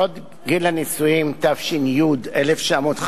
חוק גיל הנישואין, התש"י 1950,